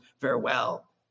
farewell